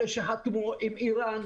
אלה שחתמו עם איראן,